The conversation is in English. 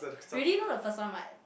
you already know the first one [what]